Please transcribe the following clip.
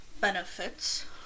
benefits